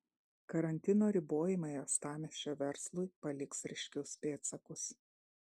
karantino ribojimai uostamiesčio verslui paliks ryškius pėdsakus